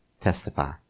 Testify